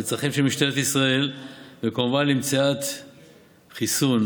לצרכים של משטרת ישראל וכמובן למציאת חיסון